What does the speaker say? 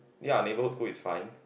ya neighbourhood school is fine